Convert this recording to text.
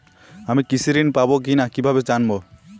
আমি কৃষি ঋণ পাবো কি না কিভাবে জানবো?